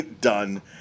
done